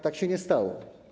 Tak się nie stało.